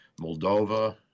Moldova